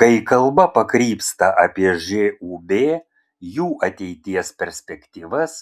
kai kalba pakrypsta apie žūb jų ateities perspektyvas